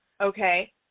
Okay